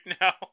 now